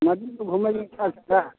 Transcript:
हमर तऽ घुमैके इच्छा छलै